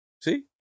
See